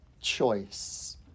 choice